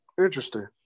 Interesting